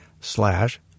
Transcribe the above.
slash